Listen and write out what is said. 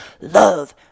love